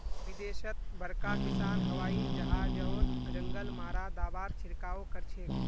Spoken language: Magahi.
विदेशत बड़का किसान हवाई जहाजओत जंगल मारा दाबार छिड़काव करछेक